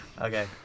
Okay